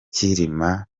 cyilima